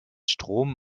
strom